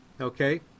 okay